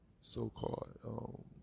so-called